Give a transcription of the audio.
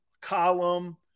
column